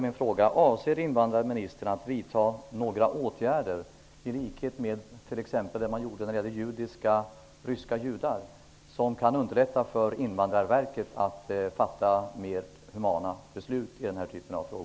Min fråga är: Avser invandrarministern att vidta några åtgärder, i likhet med vad man gjorde när det gällde t.ex. ryska judar, som kan underlätta för Invandrarverket att fatta mer humana beslut i dessa fall?